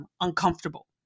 uncomfortable